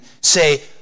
say